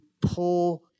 pull